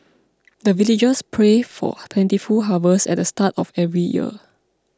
the villagers pray for plentiful harvest at the start of every year